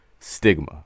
stigma